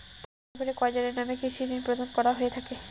পরিবারের কয়জনের নামে কৃষি ঋণ প্রদান করা হয়ে থাকে?